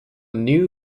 new